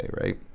right